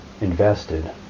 invested